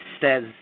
says